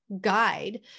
guide